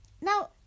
Now